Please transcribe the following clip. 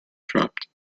dropped